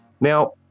Now